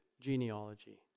genealogy